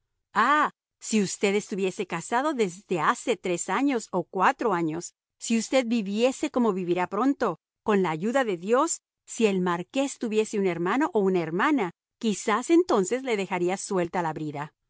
ah si usted estuviese casado desde hace tres o cuatro años si usted viviese como vivirá pronto con la ayuda de dios si el marqués tuviese un hermano o una hermana quizás entonces le dejaría suelta la brida